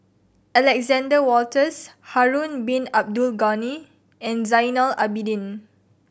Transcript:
Alexander Wolters Harun Bin Abdul Ghani and Zainal Abidin